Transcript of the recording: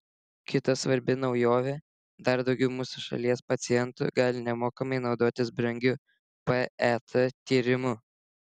kita svarbi naujovė dar daugiau mūsų šalies pacientų gali nemokamai naudotis brangiu pet tyrimu